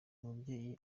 umubyeyi